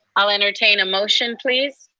i'll entertain a motion, please.